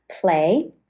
play